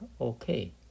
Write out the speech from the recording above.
okay